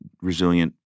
resilient